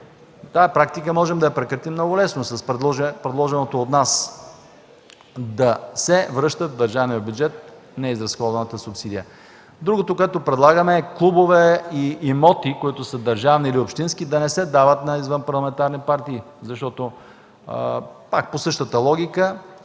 и какво ли не? Можем да прекратим много лесно тази практика – с предложеното от нас да се връща в държавния бюджет неизразходваната субсидия. Другото, което предлагаме, е клубове и имоти, които са държавни или общински, да не се дават на извънпарламентарни партии пак по същата логика